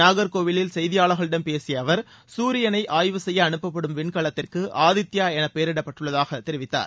நாகர்கோவிலில் செய்தியாளர்களிடம் பேசிய அவர் குரியனை ஆய்வு செய்ய அனுப்பப்படும் விண்கலத்திற்கு ஆதித்யா என பெயரிடப்பட்டுள்ளதாக தெரிவித்தார்